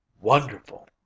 Wonderful